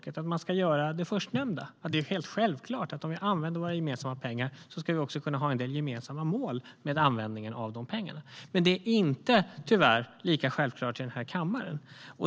När vi använder våra gemensamma pengar är det helt självklart att vi också ska kunna ha en del gemensamma mål för användningen av pengarna. I den här kammaren är det tyvärr inte lika självklart.